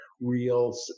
real